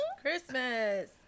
Christmas